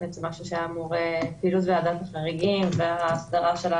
זו פעילות ועדת החריגים ועל ההסדרה,